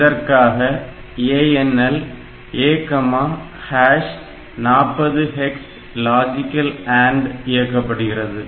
இதற்காக ANL A40 hex logical and இயக்கப்படுகிறது